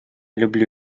люблю